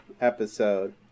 episode